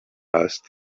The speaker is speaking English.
asked